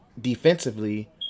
defensively